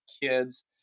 kids